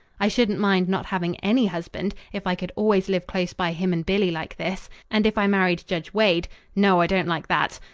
i shouldn't mind not having any husband if i could always live close by him and billy like this, and if i married judge wade no, i don't like that!